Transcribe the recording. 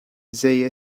zei